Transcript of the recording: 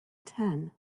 ten